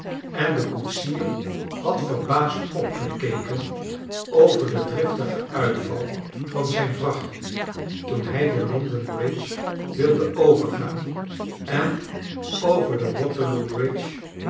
en de koetsier had verbaasd opgekeken over den driftigen uitval van zijn vrachtje toen hij de london bridge wilde overgaan en over de waterloo